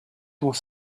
was